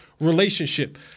relationship